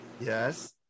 Yes